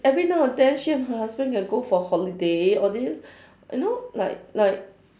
every now and then she and her husband can go for holiday all these you know like like